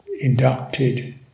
inducted